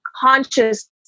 conscious